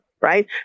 Right